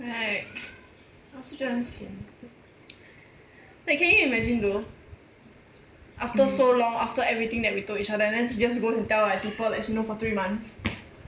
right I also 觉得很 sian like can you imagine though after so long after everything that we told each other and she just goes and tell like people that she knows for three months